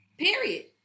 period